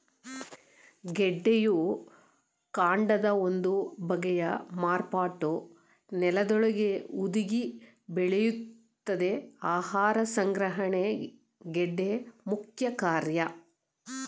ಗೆಡ್ಡೆಯು ಕಾಂಡದ ಒಂದು ಬಗೆಯ ಮಾರ್ಪಾಟು ನೆಲದೊಳಗೇ ಹುದುಗಿ ಬೆಳೆಯುತ್ತದೆ ಆಹಾರ ಸಂಗ್ರಹಣೆ ಗೆಡ್ಡೆ ಮುಖ್ಯಕಾರ್ಯ